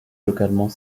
localement